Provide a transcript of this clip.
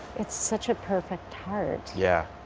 it's such a perfect heart. yeah.